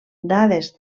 dades